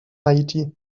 haiti